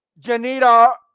Janita